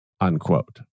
unquote